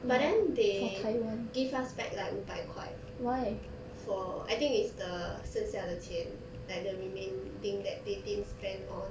but then they give us back like 五百块 for I think is the 剩下的钱 like the remaining that they didn't spend on